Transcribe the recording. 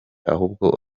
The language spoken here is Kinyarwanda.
ahubwo